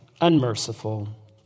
unmerciful